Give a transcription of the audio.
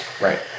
Right